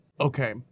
Okay